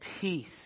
peace